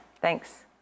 Thanks